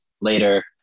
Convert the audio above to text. later